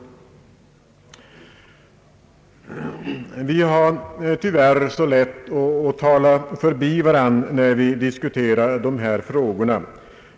Vi har tyvärr så lätt att tala förbi varandra när vi diskuterar dessa frågor.